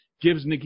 gives